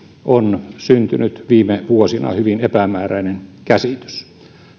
on syntynyt viime vuosina hyvin epämääräinen käsitys